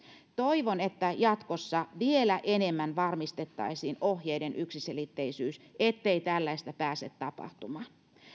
toivon että jatkossa vielä enemmän varmistettaisiin ohjeiden yksiselitteisyys ettei tällaista pääse tapahtumaan